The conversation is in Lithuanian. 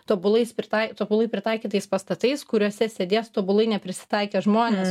tobulais pritai tobulai pritaikytais pastatais kuriuose sėdės tobulai neprisitaikę žmonės